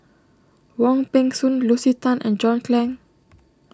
Wong Peng Soon Lucy Tan and John Clang